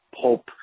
Pulp